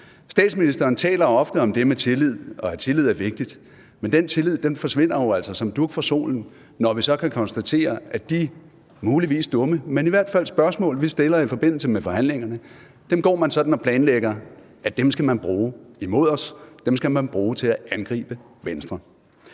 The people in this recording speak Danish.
Statsministeren taler ofte om det med tillid, og at tillid er vigtigt, men den tillid forsvinder jo altså som dug for solen, når vi så kan konstatere, at de spørgsmål – muligvis dumme, men i hvert fald spørgsmål – vi stiller i forbindelse med forhandlingerne, går man sådan og planlægger at man skal bruge imod os, at dem skal man bruge til at angribe Venstre.